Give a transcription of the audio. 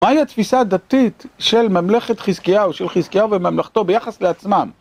מה היא התפיסה הדתית של ממלכת חזקיהו, של חזקיהו וממלכתו ביחס לעצמם?